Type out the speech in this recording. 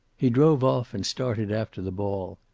he drove off and started after the ball.